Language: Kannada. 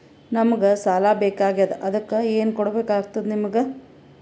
ನಮಗ ಸಾಲ ಬೇಕಾಗ್ಯದ ಅದಕ್ಕ ಏನು ಕೊಡಬೇಕಾಗ್ತದ ನಿಮಗೆ?